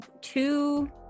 two